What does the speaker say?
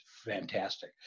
fantastic